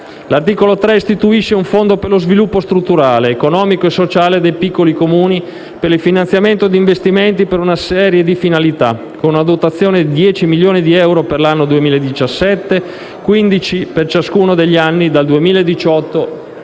L'articolo 3 istituisce un Fondo per lo sviluppo strutturale, economico e sociale dei piccoli Comuni, per il finanziamento di investimenti per una serie di finalità, con una dotazione di 10 milioni di euro per l'anno 2017, e 15 milioni di euro per ciascuno degli anni dal 2018 al 2023.